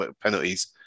penalties